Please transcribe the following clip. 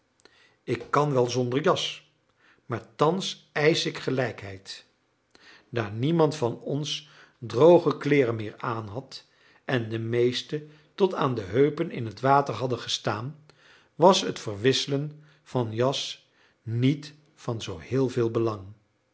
ik kan wel zonder jas maar thans eisch ik gelijkheid daar niemand van ons droge kleederen meer aanhad en de meesten tot aan de heupen in het water hadden gestaan was het verwisselen van jas niet van zoo heel veel belang